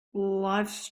lifes